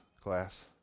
class